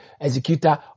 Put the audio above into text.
executor